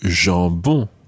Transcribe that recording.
jambon